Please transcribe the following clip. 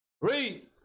Read